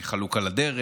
אני חלוק על הדרך,